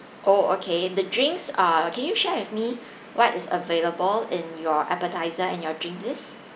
oh okay the drinks uh can you share with me what is available in your appetiser and your drink please